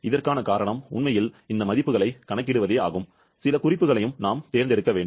இதற்கான காரணம் உண்மையில் இந்த மதிப்புகளைக் கணக்கிடுவதே சில குறிப்புகளைத் தேர்ந்தெடுக்க வேண்டும்